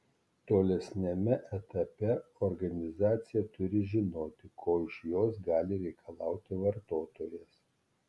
tolesniame etape organizacija turi žinoti ko iš jos gali reikalauti vartotojas